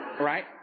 Right